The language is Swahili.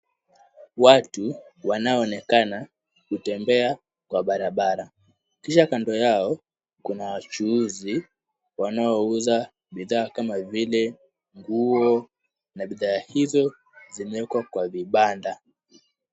Watu wanaoonekana kutembea kwa barabara, kando yao kuna wachuuzi wanaouza bidhaa kama vile nguo na bidhaa hizo zimewekwa kwa vibanda.